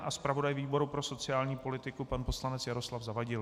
A zpravodaj výboru pro sociální politiku pan poslanec Jaroslav Zavadil?